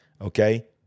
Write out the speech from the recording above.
okay